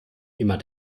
immer